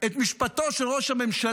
את משפטו של ראש הממשלה